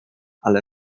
ale